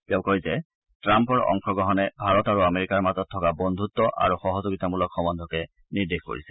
তেওঁ কয় যে টাম্পৰ অংশগ্ৰহণে ভাৰত আৰু আমেৰিকাৰ মাজত থকা বন্ধুত্ব আৰু সহযোগিতামূলক সম্বন্ধকে নিৰ্দেশ কৰিছে